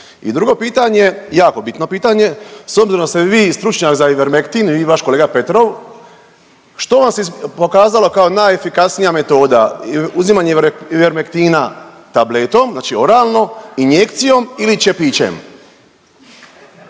I drugo pitanje, jako bitno pitanje, s obzirom da ste vi stručnjak za Ivermektin i vaš kolega Petov, što vam se pokazalo kao najefikasnija metoda, uzimanje Ivermektina tabletom, znači oralno, injekcijom ili čepićem?